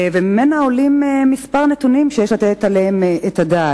ועולים ממנו כמה נתונים שיש לתת עליהם את הדעת.